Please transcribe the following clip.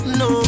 no